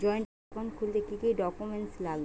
Joint account খুলতে কি কি ডকুমেন্টস লাগবে?